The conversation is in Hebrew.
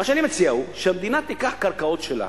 מה שאני מציע הוא, שהמדינה תיקח קרקעות שלה,